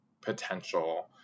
potential